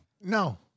No